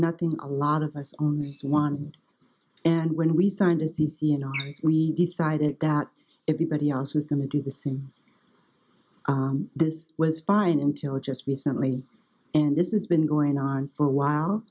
nothing a lot of us on one hand and when we signed a c c and we decided that everybody else was going to do the same this was fine until just recently and this is been going on for a while